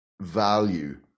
value